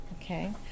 Okay